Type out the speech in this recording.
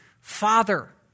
Father